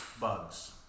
bugs